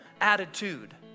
attitude